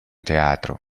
teatro